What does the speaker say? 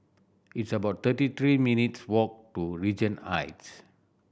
it's about thirty three minutes' walk to Regent Heights